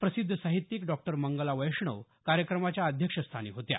प्रसिद्ध साहित्यिक डॉक्टर मंगला वैष्णव कार्यक्रमाच्या अध्यक्ष स्थानी होत्या